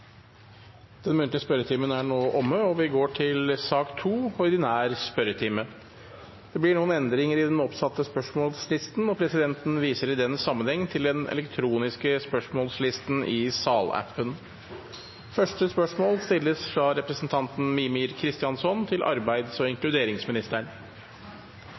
Den muntlige spørretimen er dermed omme. Det blir noen endringer i den oppsatte spørsmålslisten, og presidenten viser i den sammenheng til den elektroniske spørsmålslisten i salappen. Endringene var som følger: Spørsmål 5, fra representanten Bengt Rune Strifeldt til fiskeri- og